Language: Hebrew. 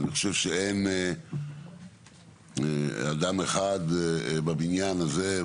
אני חושב שאין אדם אחד בבניין הזה,